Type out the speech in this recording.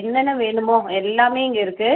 என்னென்ன வேணுமோ எல்லாமே இங்கே இருக்கு